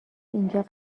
اینجا